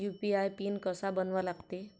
UPI PIN कसा बनवा लागते?